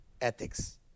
ethics